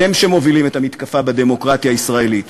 אתם שמובילים את המתקפה על הדמוקרטיה הישראלית.